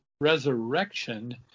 resurrection